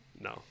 No